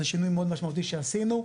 זה שינוי מאוד משמעותי שעשינו.